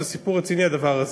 זה סיפור רציני הדבר הזה.